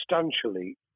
substantially